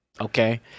okay